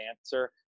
answer